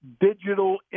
digital